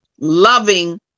loving